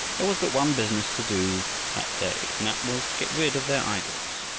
there was but one business to do that day, and that was to get rid of their idols.